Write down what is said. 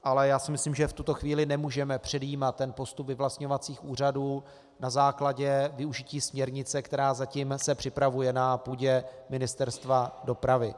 Ale já si myslím, že v tuto chvíli nemůžeme předjímat postup vyvlastňovacích úřadů na základě využití směrnice, která se zatím připravuje na půdě Ministerstva dopravy.